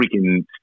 freaking